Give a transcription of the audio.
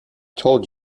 told